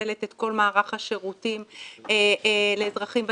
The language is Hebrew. מתכללת את כל מערך השירותים לאזרחים ותיקים,